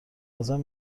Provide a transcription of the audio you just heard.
ازم